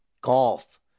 Golf